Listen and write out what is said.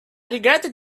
regretted